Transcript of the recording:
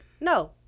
no